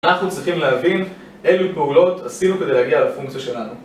אנחנו צריכים להבין אילו פעולות עשינו כדי להגיע לפונקציה שלנו